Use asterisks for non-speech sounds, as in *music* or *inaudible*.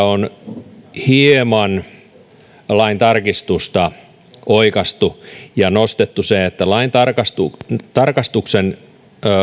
*unintelligible* on hieman laintarkastusta oikaistu ja olemme nostaneet esille sen että laintarkastuksen laintarkastuksen